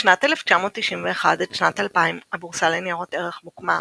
משנת 1991 עד שנת 2000, הבורסה לניירות ערך מוקמה,